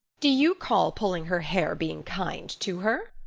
do you call pulling her hair being kind to her?